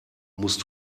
musst